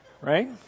right